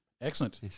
Excellent